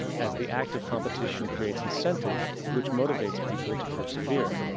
as the act of competition creates incentive, which motivates people to persevere.